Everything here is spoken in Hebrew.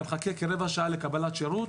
אתה מחכה כרבע שעה לקבלת שירות.